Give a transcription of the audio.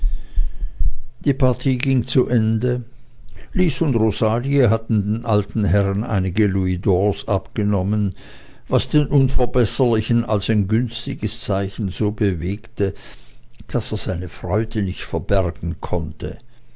die partie ging zu ende lys und rosalie hatten den alten herren einige louisdors abgenommen was den unverbesserlichen als ein günstiges zeichen so bewegte daß er seine freude nicht verbergen konnte